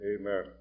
Amen